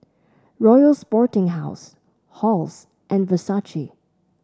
Royal Sporting House Halls and Versace